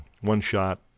one-shot